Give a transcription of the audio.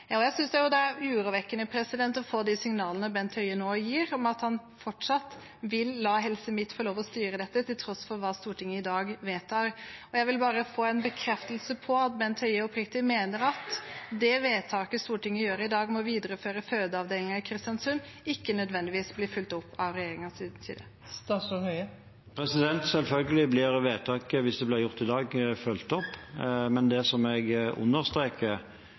Jeg synes det er urovekkende å få de signalene Bent Høie nå gir, om at han fortsatt vil la Helse Midt få lov til å styre dette, til tross for hva Stortinget i dag vedtar. Jeg vil bare få en bekreftelse på at Bent Høie oppriktig mener at det vedtaket Stortinget gjør i dag om å videreføre fødeavdelingen i Kristiansund, ikke nødvendigvis blir fulgt opp fra regjeringens side. Selvfølgelig blir vedtaket – hvis det blir gjort i dag – fulgt opp. Det jeg understreker,